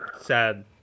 Sad